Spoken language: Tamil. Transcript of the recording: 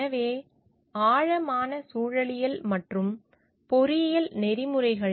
எனவே ஆழமான சூழலியல் மற்றும் பொறியியல் நெறிமுறைகள்